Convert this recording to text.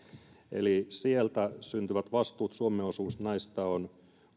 eli sieltä syntyvistä vastuista suomen osuus on